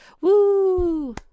Woo